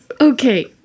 Okay